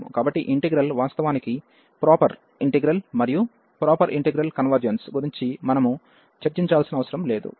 కాబట్టి ఈ ఇంటిగ్రల్ వాస్తవానికి ప్రాపర్ ఇంటిగ్రల్ మరియు ప్రాపర్ ఇంటిగ్రల్ కన్వెర్జెన్స్ గురించి మనం చర్చించాల్సిన అవసరం లేదు